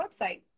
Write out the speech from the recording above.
website